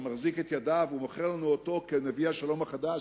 שמחזיק את ידיו ומוכר לנו אותו כנביא השלום החדש,